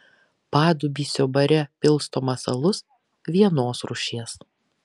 padubysio bare pilstomas alus vienos rūšies